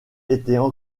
étaient